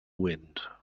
wind